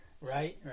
right